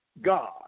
God